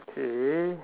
okay